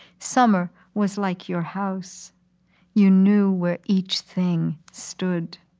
summer was like your house you knew where each thing stood.